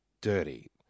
dirty